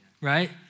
right